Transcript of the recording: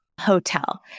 hotel